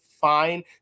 fine